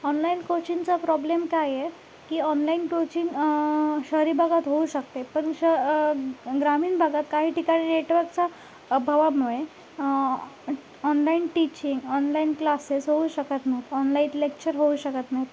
online कोचिनचा problem काय आहे की ऑनलाईन टोचिन शहरी भागात होऊ शकते पण श् ग्रामीण भागात काही ठिकाणी नेटवर्कचा अभावामुळे ऑनलाईन टिचिंग ऑनलाईन क्लासेस होऊ शकत नाही ऑनलाईत लेक्चर होऊ शकत नाहीत